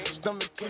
stomach